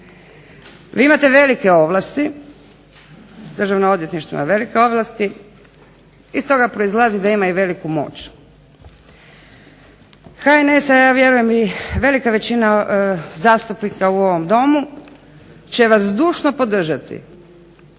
Vi imate velike ovlasti, Državno odvjetništvo ima velike ovlasti, iz toga proizlazi da ima i veliku moć. HNS, a ja vjerujem i velika većina zastupnika u ovom Domu će vas zdušno podržati